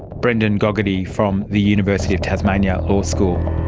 brendan gogarty from the university of tasmania law school.